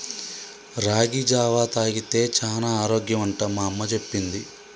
రాగి జావా తాగితే చానా ఆరోగ్యం అంట మా అమ్మ చెప్పింది